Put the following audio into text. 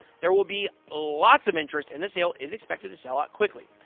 there will be lots of interest, and the sale is expected to sell out quickly.